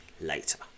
later